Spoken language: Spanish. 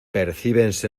percíbense